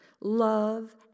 Love